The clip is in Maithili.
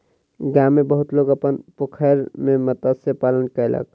गाम में बहुत लोक अपन पोखैर में मत्स्य पालन कयलक